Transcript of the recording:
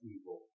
evil